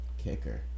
kicker